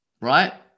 Right